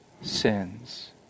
sins